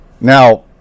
Now